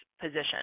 position